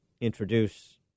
introduce